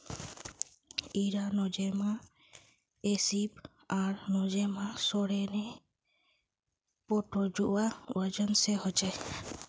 इरा Nosema apis आर Nosema ceranae protozoa वजह से होछे